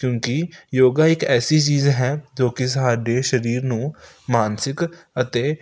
ਕਿਉਂਕਿ ਯੋਗਾ ਇੱਕ ਐਸੀ ਚੀਜ਼ ਹੈ ਜੋ ਕਿ ਸਾਡੇ ਸਰੀਰ ਨੂੰ ਮਾਨਸਿਕ ਅਤੇ